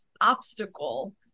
obstacle